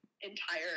entire